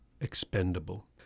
expendable